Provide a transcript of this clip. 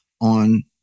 On